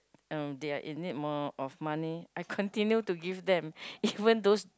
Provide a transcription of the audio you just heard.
um they are in need more of money I continue to give them even those